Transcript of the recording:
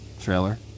trailer